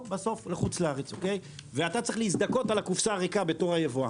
בסוף לחו"ל ואתה צריך להזדכות על הקופסה הריקה בתור היבואן.